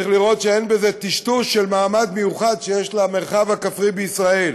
צריך לראות שאין בזה טשטוש של המעמד המיוחד שיש למרחב הכפרי בישראל.